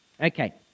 Okay